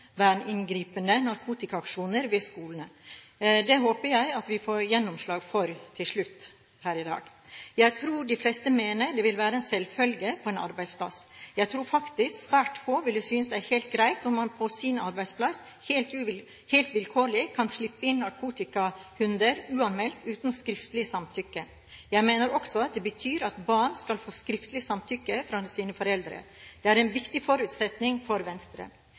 narkotikaaksjoner ved skolene. Det håper jeg at vi får gjennomslag for – til slutt – her i dag. Jeg tror de fleste mener at det er en selvfølge på en arbeidsplass. Jeg tror faktisk at svært få synes det er helt greit at man på sin arbeidsplass – helt vilkårlig – kan slippe inn narkotikahunder uanmeldt uten skriftlig samtykke. Jeg mener også at det betyr at barn skal få skriftlig samtykke fra sine foreldre. Det er en viktig forutsetning for Venstre.